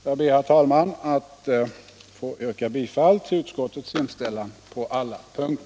Jag ber, herr talman, att få yrka bifall till utskottets hemställan på alla punkter.